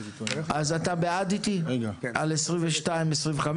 אנחנו נצביע על סעיפים 22 עד 25,